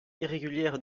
irrégulière